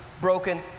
broken